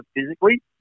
physically